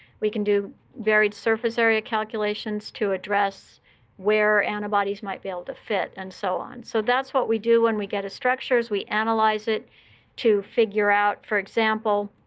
we can do varied surface area calculations to address where antibodies might be able to fit, and so on. so that's what we do, when we get a structure, is we analyze it to figure out for example,